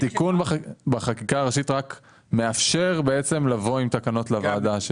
התיקון בחקיקה הראשית רק מאפשר לבוא עם תקנות לוועדה,